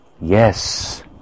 Yes